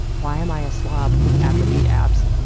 why am i a slob with atrophied abs?